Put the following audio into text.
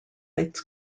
its